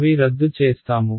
అవి రద్దు చేస్తాము